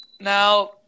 Now